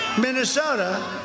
Minnesota